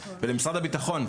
ולמשרד הביטחון.